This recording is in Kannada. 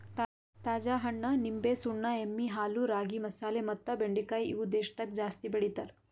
ತಾಜಾ ಹಣ್ಣ, ನಿಂಬೆ, ಸುಣ್ಣ, ಎಮ್ಮಿ ಹಾಲು, ರಾಗಿ, ಮಸಾಲೆ ಮತ್ತ ಬೆಂಡಿಕಾಯಿ ಇವು ದೇಶದಾಗ ಜಾಸ್ತಿ ಬೆಳಿತಾರ್